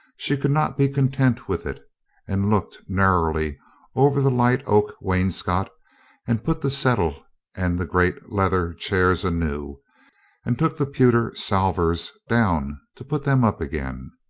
she could not be content with it and looked narrowly over the light oak wainscot and put the settle and the great leather chairs anew and took the pewter salvers down to put them up again.